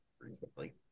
recently